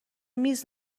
میز